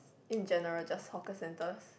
in general just hawker centers